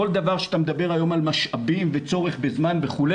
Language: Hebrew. כל דבר שאתה מדבר היום על משאבים וצורך בזמן וכו':